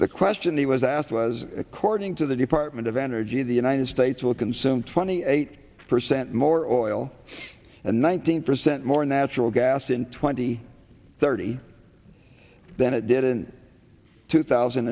the question he was asked was according to the department of energy the united states will consume twenty eight percent more oil and one hundred percent more natural gas in twenty thirty than it did in two thousand